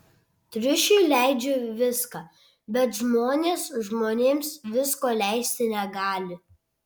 triušiui leidžiu viską bet žmonės žmonėms visko leisti negali